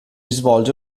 svolge